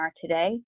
today